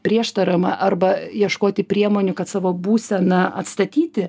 prieštaravimo arba ieškoti priemonių kad savo būseną atstatyti